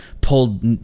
pulled